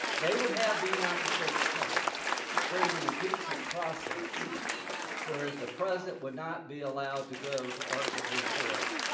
they would have the united states senate create an impeachment process where as the president would not be allowed to go to article three court.